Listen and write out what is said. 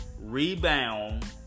Rebound